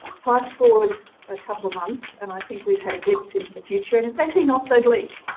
fast forward a couple of months and i think we've had a glimpse into the future and it's actually not so bleak.